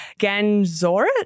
Ganzorit